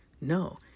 No